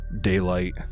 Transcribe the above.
daylight